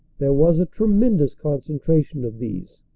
there was a tremendons concentration of these,